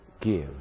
give